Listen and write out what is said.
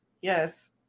yes